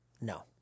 No